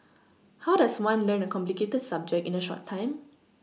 how does one learn a complicated subject in a short time